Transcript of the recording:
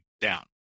down